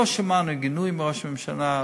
לא שמענו גינוי מראש הממשלה,